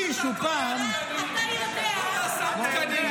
מישהו פעם --- אתה קובע תקנים.